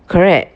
correct